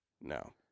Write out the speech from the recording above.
No